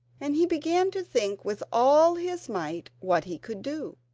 and he began to think with all his might what he could do.